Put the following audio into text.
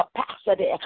capacity